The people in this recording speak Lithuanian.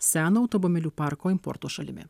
seno automobilių parko importo šalimi